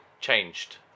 changed